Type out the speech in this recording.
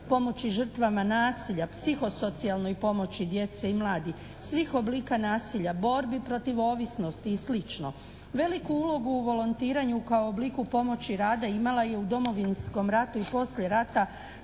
pomoći žrtvama nasilja, psihosocijalnoj pomoći djece i mladih, svih oblika nasilja, borbi protiv ovisnosti i sl. Veliku ulogu u volontiranju kao obliku pomoći rada imala je u Domovinskom ratu i poslije rata